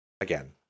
Again